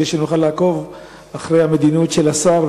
כדי שנוכל לעקוב אחרי המדיניות של השר,